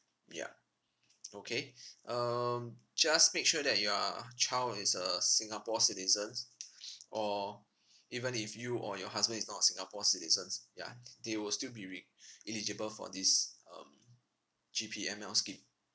yup okay um just make sure that your child is a singapore citizens or even if you or your husband is not a singapore citizens ya they will still be re~ eligible for this um G_P_M_L scheme